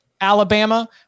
Alabama